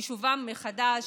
ליישובם מחדש,